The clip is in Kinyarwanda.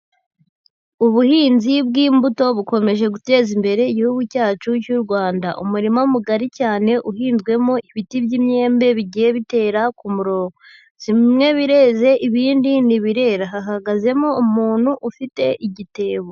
Ubuhinzi bw'imbuto bukomeje guteza imbere igihugu cyacu cy'u Rwanda. Umurima mugari cyane, uhinzwemo ibiti by'imyembe, bigiye bitera ku muronko. Bimwe bireze, ibindi nti birera, hahagazemo umuntu ufite igitebo.